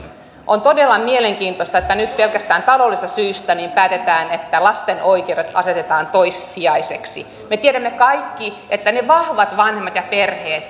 on todella mielenkiintoista että nyt pelkästään taloudellisista syistä päätetään että lasten oikeudet asetetaan toissijaisiksi me tiedämme kaikki että ne vahvat vanhemmat ja perheet